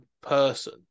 person